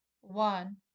one